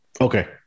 Okay